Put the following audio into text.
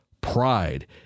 pride